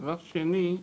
דבר שני,